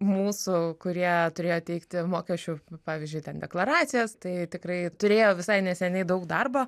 mūsų kurie turėjo teikti mokesčių pavyzdžiui ten deklaracijas tai tikrai turėjo visai neseniai daug darbo